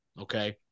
okay